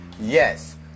Yes